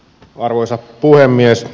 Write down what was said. arvoisa puhemies